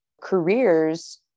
careers